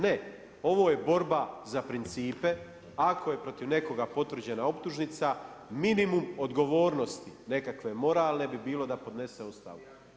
Ne, ovo je borba za principe ako je protiv nekoga potvrđena optužnica minimum odgovornosti nekakve moralne bi bilo da podnese ostavku.